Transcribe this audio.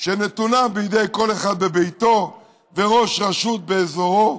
שנתונה בידי כל אחד בביתו וראש רשות באזורו,